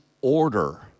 order